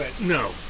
No